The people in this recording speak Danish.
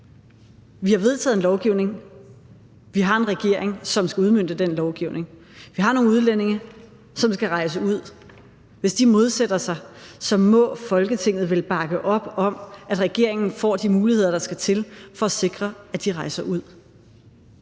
Vi har vedtaget en lovgivning, og vi har en regering, som skal udmønte den lovgivning. Vi har nogle udlændinge, som skal rejse ud, og hvis de modsætter sig det, må Folketinget vel bakke op om, at regeringen får de muligheder, der skal til for at sikre, at de rejser ud.